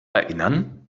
erinnern